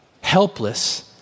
Helpless